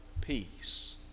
peace